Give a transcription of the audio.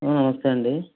నమస్తే అండి